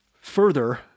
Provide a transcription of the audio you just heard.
Further